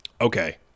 Okay